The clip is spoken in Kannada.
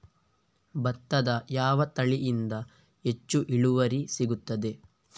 ಭತ್ತದ ಯಾವ ತಳಿಯಿಂದ ಹೆಚ್ಚು ಇಳುವರಿ ಸಿಗುತ್ತದೆ?